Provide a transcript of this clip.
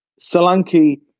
Solanke